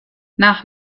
nach